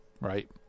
right